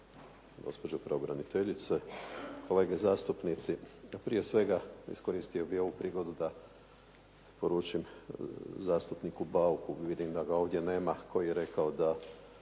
gospođo pravobraniteljice, kolege zastupnici. Prije svega iskoristio bih ovu prigodu da poručim zastupniku Bauku, vidim da ga ovdje nema, koji je rekao da